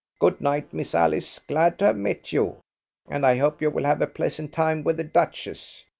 good night, miss alice. glad to have met you and i hope you will have a pleasant time with the duchess.